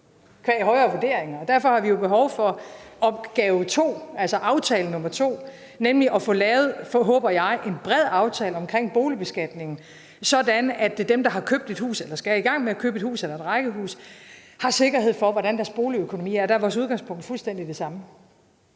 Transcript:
derfor har vi behov for aftale nr. 2, nemlig at få lavet, håber jeg, en bred aftale om boligbeskatningen, sådan at dem, der har købt et hus eller skal i gang med at købe et hus eller et rækkehus, har sikkerhed for, hvordan deres boligøkonomi er. Og der er vores udgangspunkt fuldstændig det samme.